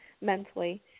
mentally